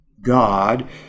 God